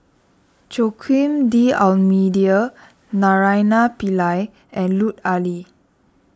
Joaquim D'Almeida Naraina Pillai and Lut Ali